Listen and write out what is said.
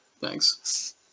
thanks